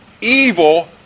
evil